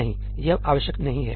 नहीं यह आवश्यक नहीं है